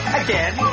again